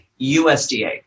USDA